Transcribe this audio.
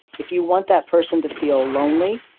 if you want that person to feel lonely,